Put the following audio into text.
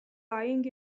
lying